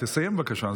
תסיים, בבקשה.